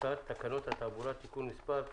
הצעת תקנות התעבורה (תיקון מס' ),